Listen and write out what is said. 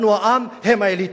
אנחנו העם, הם האליטות.